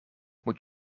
moet